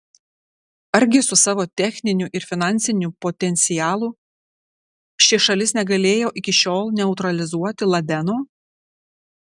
argi su savo techniniu ir finansiniu potencialu ši šalis negalėjo iki šiol neutralizuoti ladeno